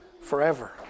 Forever